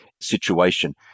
situation